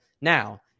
Now